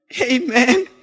Amen